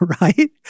right